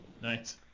Nice